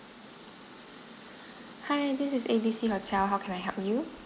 hi this is A B C hotel how can I help you